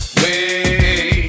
wait